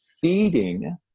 feeding